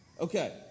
Okay